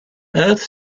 earth